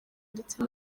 ndetse